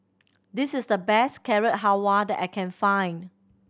this is the best Carrot Halwa that I can find